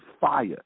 fire